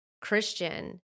Christian